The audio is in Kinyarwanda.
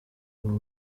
naho